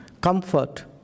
Comfort